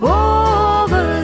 over